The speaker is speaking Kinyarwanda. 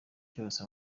cyose